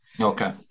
Okay